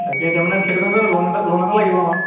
তাকে তাৰমানে সেইটো কাৰণেতো লোন এটা লোন এটা লাগিব আমাক